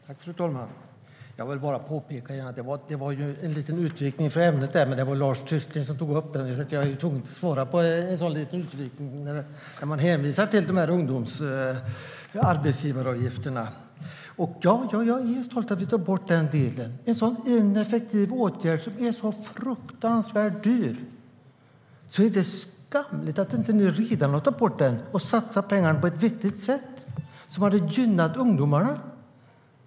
Fru talman! Jag vill bara påpeka att det var en liten utvikning från ämnet, men det var Lars Tysklind som hänvisade till dessa arbetsgivaravgifter för ungdomar. Det är riktigt att jag är stolt över att vi tog bort den delen. Det är en ineffektiv åtgärd som är så fruktansvärt dyr. Det är skamligt att ni inte redan har tagit bort den för att i stället satsa pengar på ett vettigt sätt som hade gynnat ungdomarna.